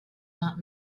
not